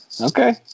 Okay